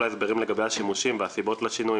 כל ההסברים לגבי השימושים והסיבות לשינוי